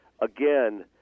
again